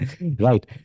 Right